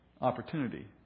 opportunity